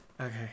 Okay